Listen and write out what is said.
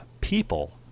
people